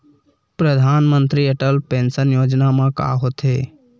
परधानमंतरी अटल पेंशन योजना मा का होथे?